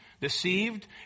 Deceived